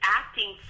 acting